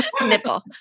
nipple